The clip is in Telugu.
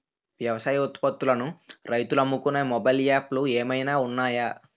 వ్యవసాయ ఉత్పత్తులను రైతులు అమ్ముకునే మొబైల్ యాప్ లు ఏమైనా ఉన్నాయా?